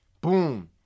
Boom